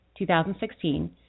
2016